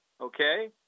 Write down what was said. Okay